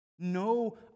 No